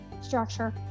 structure